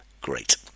Great